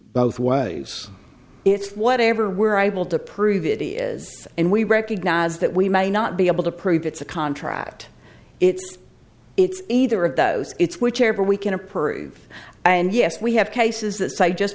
both ways it's whatever we're able to prove it is and we recognize that we may not be able to prove it's a contract it's it's either of those it's whichever we can approve and yes we have cases that side just